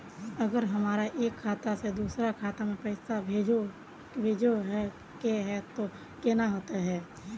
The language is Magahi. अगर हमरा एक खाता से दोसर खाता में पैसा भेजोहो के है तो केना होते है?